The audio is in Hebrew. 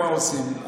מה עושים.